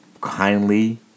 kindly